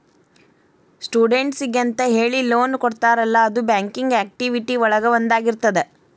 ಸ್ಟೂಡೆಂಟ್ಸಿಗೆಂತ ಹೇಳಿ ಲೋನ್ ಕೊಡ್ತಾರಲ್ಲ ಅದು ಬ್ಯಾಂಕಿಂಗ್ ಆಕ್ಟಿವಿಟಿ ಒಳಗ ಒಂದಾಗಿರ್ತದ